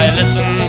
listen